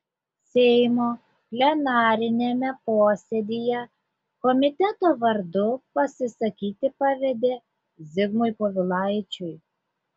seimo plenariniame posėdyje komiteto vardu pasisakyti pavedė zigmui povilaičiui